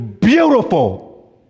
beautiful